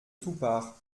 toupart